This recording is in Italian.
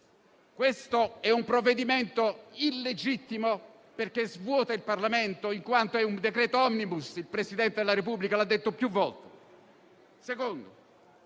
Questo è un provvedimento illegittimo che svuota il Parlamento, in quanto è un decreto *omnibus* (il Presidente della Repubblica l'ha detto più volte).